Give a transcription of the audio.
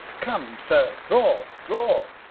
come, sir, draw, draw